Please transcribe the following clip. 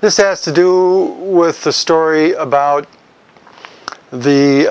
this has to do with the story about the